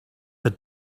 had